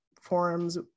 forums